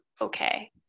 okay